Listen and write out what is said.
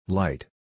light